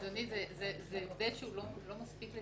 אדוני, זה הבדל שהוא לא מספיק.